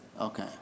Okay